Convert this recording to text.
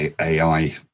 AI